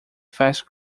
fast